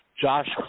Josh